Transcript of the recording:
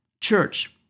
Church